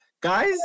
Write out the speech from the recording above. guys